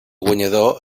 guanyador